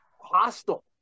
hostile